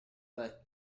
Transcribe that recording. that